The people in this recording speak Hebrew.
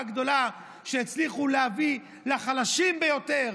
גדולה על שהצליחו להביא לחלשים ביותר